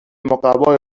مقوای